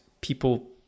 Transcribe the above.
people